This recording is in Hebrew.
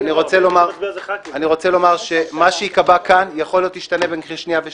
אני רוצה לומר שמה שייקבע כאן יכול להיות שישתנה לפני שנייה ושלישית.